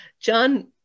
John